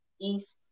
east